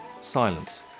silence